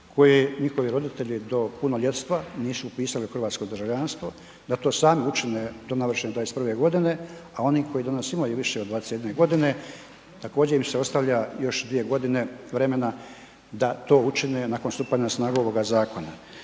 koji njihovi roditelji do punoljetstva nisu upisali u hrvatsko državljanstvo, da to sami učine do navršene 21 g. a oni koji danas imaju više od 21 g., također im se ostavlja još 2 g. vremena da to učine nakon stupanja na snagu ovoga zakona.